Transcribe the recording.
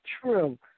true